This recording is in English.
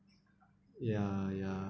ya ya